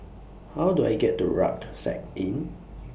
How Do I get to Rucksack Inn